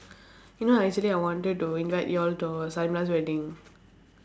you know I actually I wanted to invite you all to wedding